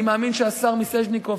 אני מאמין שהשר מיסז'ניקוב,